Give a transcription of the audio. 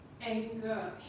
anger